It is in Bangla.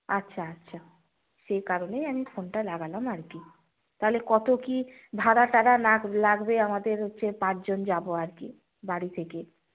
আচ্ছা আচ্ছা সেই কারণেই আমি ফোনটা লাগালাম আর কি তাহলে কত কী ভাড়া টাড়া লাগবে আমাদের হচ্ছে পাঁচজন যাব আর কি বাড়ি থেকে